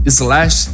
slash